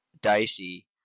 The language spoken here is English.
dicey